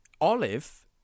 Olive